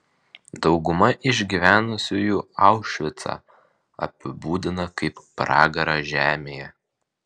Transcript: dauguma išgyvenusiųjų aušvicą apibūdiną kaip pragarą žemėje